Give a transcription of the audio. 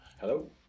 Hello